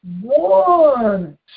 one